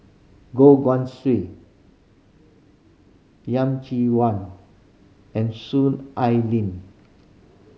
Goh Guan Siew Yeh Chi Wan and Soon Ai Ling